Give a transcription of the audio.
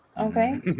okay